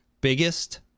Biggest